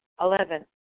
Eleven